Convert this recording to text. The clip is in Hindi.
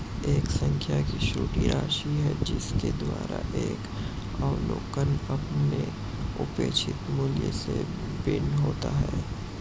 एक सांख्यिकी त्रुटि राशि है जिसके द्वारा एक अवलोकन अपने अपेक्षित मूल्य से भिन्न होता है